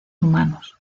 humanos